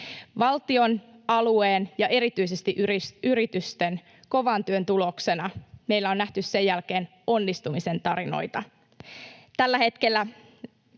Valtion, alueen ja erityisesti yritysten kovan työn tuloksena meillä on nähty sen jälkeen onnistumisen tarinoita. Tällä hetkellä